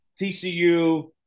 TCU –